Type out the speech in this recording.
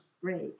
Great